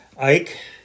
Ike